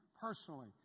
personally